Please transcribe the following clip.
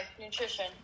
Nutrition